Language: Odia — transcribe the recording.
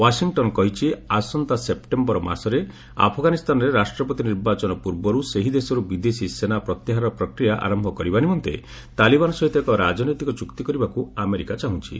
ୱାଶିଂଟନ୍ କହିଛି ଆସନ୍ତା ସେପ୍ଟେମ୍ବର ମାସରେ ଆଫଗାନିସ୍ଥାନରେ ରାଷ୍ଟ୍ରପତି ନିର୍ବାଚନ ପୂର୍ବରୁ ସେହି ଦେଶରୁ ବିଦେଶୀ ସେନା ପ୍ରତ୍ୟାହାରର ପ୍ରକ୍ରିୟା ଆରନ୍ଭ କରିବା ନିମନ୍ତେ ତାଲିବାନ ସହିତ ଏକ ରାଜନୈତିକ ଚୁକ୍ତି କରିବାକୁ ଆମେରିକା ଚାହୁଁଛି